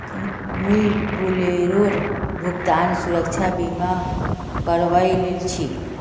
मुई बोलेरोर भुगतान सुरक्षा बीमा करवइ लिल छि